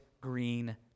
green